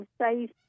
safe